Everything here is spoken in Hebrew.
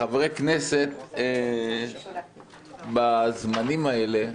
חברי כנסת בזמנים האלה,